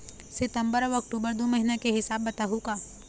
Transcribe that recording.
सितंबर अऊ अक्टूबर दू महीना के हिसाब बताहुं का?